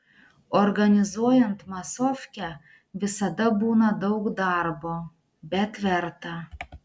organizuojant masofkę visada būna daug darbo bet verta